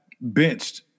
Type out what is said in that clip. benched